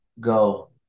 go